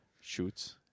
Shoots